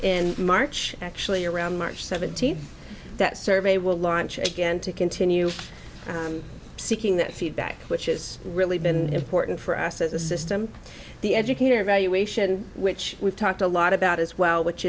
in march actually around march seventeenth that survey will launch again to continue seeking that feedback which is really been important for us as a system the educator evaluation which we've talked a lot about as well which